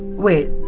wait!